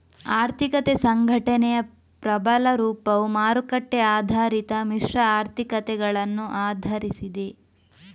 ಆರ್ಥಿಕ ಸಂಘಟನೆಯ ಪ್ರಬಲ ರೂಪವು ಮಾರುಕಟ್ಟೆ ಆಧಾರಿತ ಮಿಶ್ರ ಆರ್ಥಿಕತೆಗಳನ್ನು ಆಧರಿಸಿದೆ